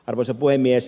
arvoisa puhemies